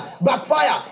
backfire